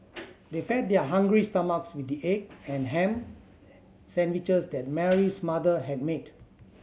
they fed their hungry stomachs with the egg and ham sandwiches that Mary's mother had made